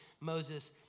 Moses